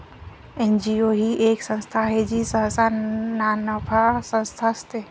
NGO ही एक संस्था आहे जी सहसा नानफा संस्था असते